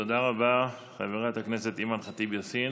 תודה רבה, חברת הכנסת אימאן ח'טיב יאסין.